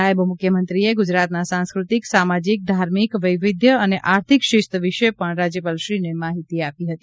નાયબ મુખ્યમંત્રીએ ગુજરાતના સાંસ્કૃતિક સામાજીક ધાર્મિક વૈવિધ્ય અને આર્થિક શિસ્ત વિશે પણ રાજ્યપાલશ્રીને માહિતી આપી હતી